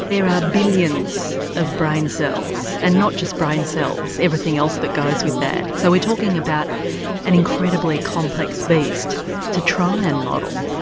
there are billions of brain cells and not just brain cells, everything else that goes with that. so we're talking about an incredibly complex feast to try and model.